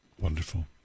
Wonderful